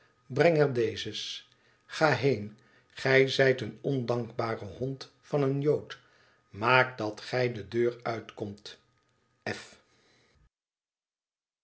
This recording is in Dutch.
aanbrenger dezes ga heen gij zijt een ondankbare hond van een jood maajc dat gij de deur uit komt f